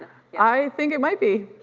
i think it might be.